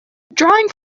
drawing